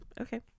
Okay